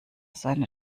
seine